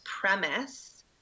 premise